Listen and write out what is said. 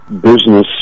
business